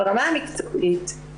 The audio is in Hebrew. ברמה המקצועית,